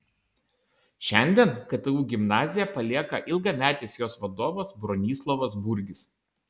šiandien ktu gimnaziją palieka ilgametis jos vadovas bronislovas burgis